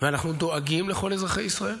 ואנחנו דואגים לכל אזרחי ישראל,